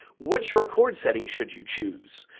which record setting should you choose?